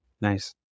Nice